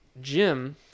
Jim